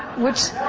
which?